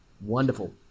Wonderful